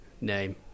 name